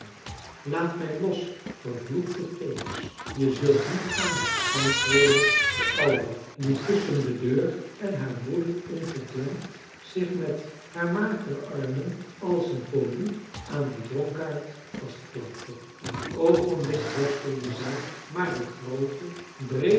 laat mij los vervloekte feeks je zult niet gaan antwoordde de oude die tusschen de deur en haar broeder ingeklemd zich met haar magere armen als een polyp aan den dronkaard vastklampte een oogenblik worstelden zij maar de groote breede